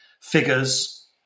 figures